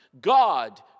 God